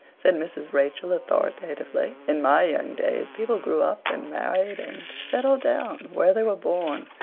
said mrs. rachel authoritatively. in my young days people grew up and married and settled down where they were born,